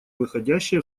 выходящее